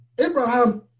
Abraham